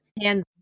Hands